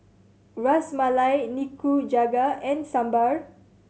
Ras Malai Nikujaga and Sambar